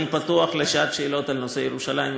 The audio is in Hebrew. אני פתוח לשעת שאלות על נושא ירושלים.